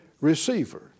receiver